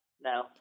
No